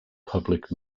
public